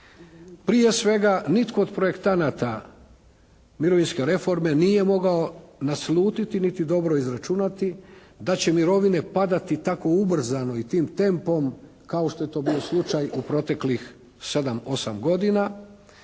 Prije svega nitko od projektanata mirovinske reforme nije mogao naslutiti niti dobro izračunati da će mirovine padati tako ubrzano i tim tempom kao što je to bio slučaj u proteklih 7-8 godina,